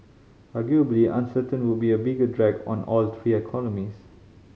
arguably uncertainty would be a bigger drag on all three economies